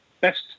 Best